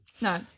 No